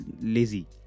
lazy